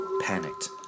panicked